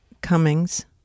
Cummings